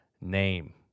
name